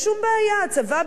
הצבא בא לקראת,